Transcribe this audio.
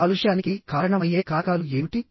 కాలుష్యానికి కారణమయ్యే కారకాలు ఏమిటి